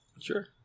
Sure